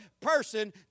person